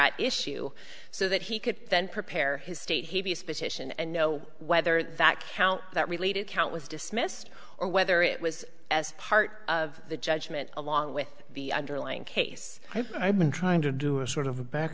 at issue so that he could then prepare his state he is position and know whether that count that related count was dismissed or whether it was as part of the judgment along with the underlying case i've been trying to do a sort of a back